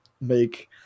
make